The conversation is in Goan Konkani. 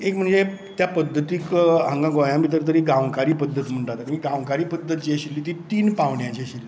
एक म्हणजे त्या पद्दतीक हांगा गोंया भितर तरी गांवकारी पद्दत म्हणटात आमी गांवकारी पद्दत जी आशिल्ली ती तीन पावण्याची आशिल्ली